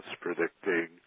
predicting